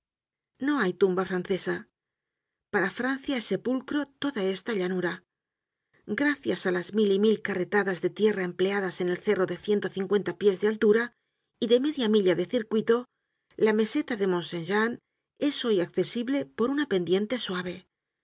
no hay tumba francesa para francia es sepulcro toda esta llanura gracias á las mil y mil carretadas de tierra empleadas en el cerro de ciento cincuenta pies de altura y de media milla de circuito la meseta de mont saint jean es hoy accesible por una pendiente suave